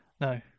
No